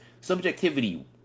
subjectivity